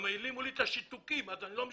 כי העלימו לי את השיתוקים, אז אני לא משותק.